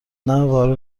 بارون